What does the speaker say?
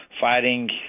fighting